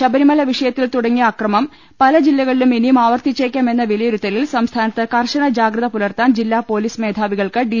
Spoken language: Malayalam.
ശബരിമല വിഷയത്തിൽ തുടങ്ങിയ അക്രമം പല ജില്ലകളിലും ഇനിയും ആവർത്തിച്ചേക്കാം എന്ന വിലയിരുത്തലിൽ സംസ്ഥാ നത്ത് കർശന ജാഗ്രത പുലർത്താൻ ജില്ലാപൊലീസ് മേധാവി കൾക്ക് ഡി